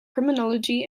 criminology